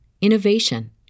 innovation